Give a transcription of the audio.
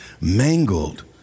mangled